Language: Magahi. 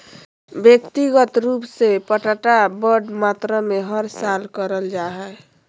व्यक्तिगत रूप से पट्टा बड़ मात्रा मे हर साल करल जा हय